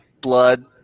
blood